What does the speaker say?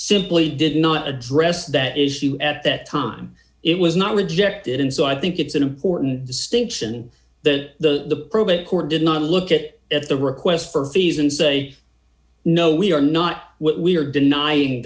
simply did not address that issue at that time it was not rejected and so i think it's an important distinction that the probate court did not look at it at the request for fees and say no we are not what we are denying